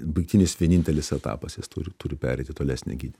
baigtinis vienintelis etapas jis turi turi pereit į tolesnį gyd